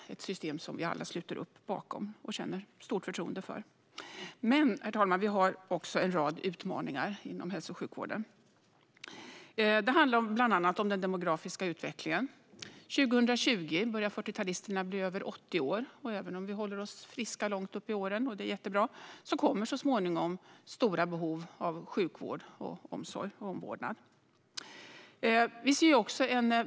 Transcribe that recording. Det är ett system som vi alla sluter upp bakom och känner stort förtroende för. Herr talman! Vi har dock även en rad utmaningar inom hälso och sjukvården. Det handlar bland annat om den demografiska utvecklingen. År 2020 börjar 40-talisterna bli över 80 år. Och även om vi håller oss friska långt upp i åren, vilket är jättebra, kommer behoven av sjukvård och omvårdnad så småningom att bli stora.